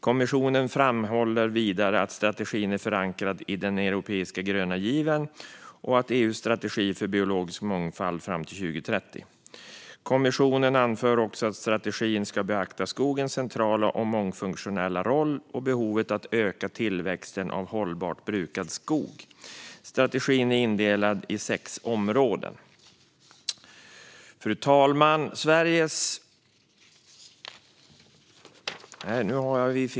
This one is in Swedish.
Kommissionen framhåller vidare att strategin är förankrad i den europeiska gröna given och i EU:s strategi för biologisk mångfald fram till 2030. Kommissionen anför också att strategin ska beakta skogens centrala och mångfunktionella roll och behovet av att öka tillväxten av hållbart brukad skog. Strategin är indelad i sex områden.